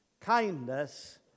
kindness